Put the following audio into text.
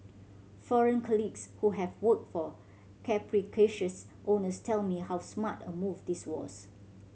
foreign colleagues who have worked for capricious owners tell me how smart a move this was